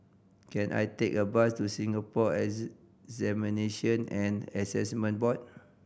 can I take a bus to Singapore Examination and Assessment Board